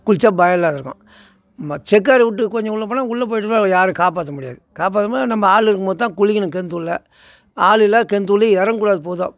குளித்தா பயம் இல்லாம இருக்கும் செக்காரவிட்டு கொஞ்சம் உள்ளே போனால் உள்ளே போயிட்டோம்னா நம்ம யாரும் காப்பாற்ற முடியாது காப்பாற்றாம நம்ம ஆள் இருக்கும் போது தான் குளிக்கணும் கிணத்துக்குள்ள ஆள் இல்லை கிணத்துக்குள்ளையே இறங்ககூடாது பொதுவாக